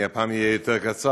אני הפעם אהיה יותר קצר,